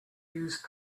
use